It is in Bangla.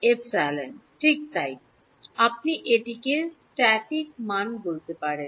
এপসিলনের ঠিক তাই আপনি এটিকে স্ট্যাটিক মান বলতে পারেন